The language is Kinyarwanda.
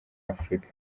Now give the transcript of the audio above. afurika